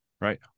right